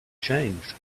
changed